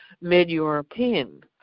mid-European